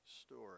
story